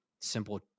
simple